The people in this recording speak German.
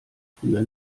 früher